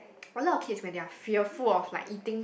a lot of kids when they are fear of full like eating